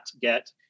get